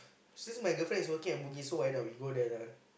since my girlfriend is working at bugis so why not we go there now